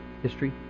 history